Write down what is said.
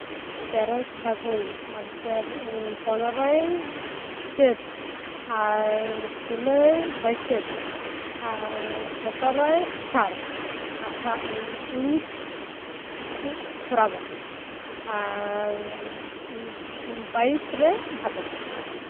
ᱛᱮᱨᱳᱭ ᱯᱷᱟᱹᱜᱩᱱ ᱯᱚᱱᱨᱳᱭ ᱪᱟᱹᱛ ᱟᱨ ᱥᱳᱞᱳᱭ ᱵᱟᱹᱭᱥᱟᱹᱠᱷ ᱟᱨ ᱥᱚᱛᱨᱳᱭ ᱟᱥᱟᱲ ᱩᱱᱤᱥ ᱥᱚᱨᱟᱵᱚᱱ ᱩᱱᱤᱥ ᱟᱨ ᱵᱟᱭᱤᱥᱨᱮ ᱵᱷᱟᱫᱚᱨ